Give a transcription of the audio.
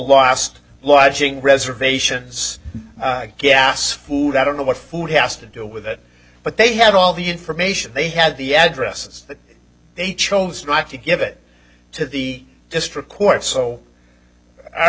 lost lodging reservations gas food i don't know what food has to do with it but they have all the information they had the addresses that they chose not to give it to the district court so our